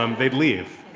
um they'd leave.